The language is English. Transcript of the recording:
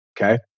Okay